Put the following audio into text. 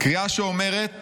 קריאה שאומרת